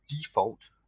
default